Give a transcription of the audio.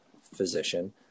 physician